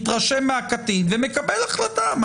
מתרשם מהקטין ומקבל החלטה.